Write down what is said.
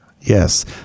yes